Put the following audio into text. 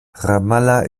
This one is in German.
ramallah